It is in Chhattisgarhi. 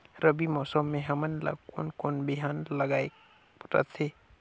रबी मौसम मे हमन ला कोन कोन बिहान लगायेक रथे?